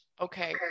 Okay